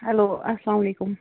hello اسلام علیکُم